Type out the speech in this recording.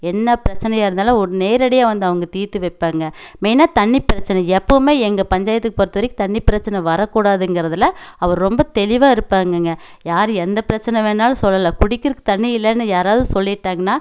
என்ன பிரச்சனையாக இருந்தாலும் உடனே நேரடியாக வந்து அவங்க தீர்த்து வைப்பாங்க மெய்னாக தண்ணி பிரச்சனை எப்போவுமே எங்கள் பஞ்சாயத்துக்கு பொறுத்த வரைக்கும் தண்ணி பிரச்சனை வரக் கூடாதுங்கிறதுல அவர் ரொம்ப தெளிவாக இருப்பாங்கங்க யார் எந்த பிரச்சனை வேணுனாலும் சொல்லலாம் குடிக்கிறதுக்கு தண்ணி இல்லைன்னு யாராவது சொல்லிட்டாங்கனா